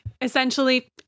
essentially